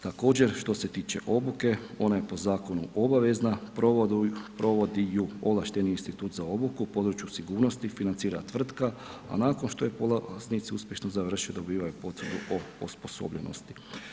Također što se tiče obuke, ona je po zakonu obavezna, provodi ju ovlašteni Institut za obuku u području sigurnosti, financira tvrtka, a nakon što je polaznici uspješno završe, dobivaju potvrdu o osposobljenosti.